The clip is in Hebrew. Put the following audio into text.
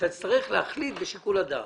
תצטרך להחליט בשיקול הדעת.